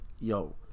yo